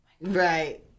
right